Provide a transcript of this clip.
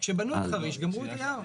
כשבנו את חריש גמרו את היער.